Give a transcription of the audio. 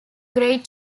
great